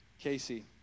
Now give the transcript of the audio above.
Casey